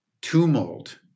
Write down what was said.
tumult